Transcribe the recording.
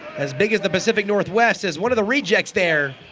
as big as the pacific northwest as one of the rejects there.